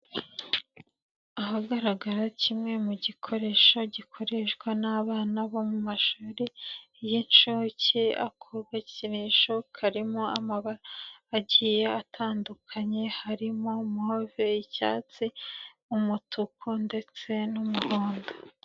Ahagaragara kimwe mu gikoresho gikoreshwa n'abana bo mu mashuri y'inshuke ako gakinisho karimo amabara agiye atandukanye, harimo move, icyatsi, umutuku ndetse n'umuhondo.